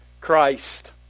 Christ